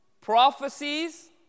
Prophecies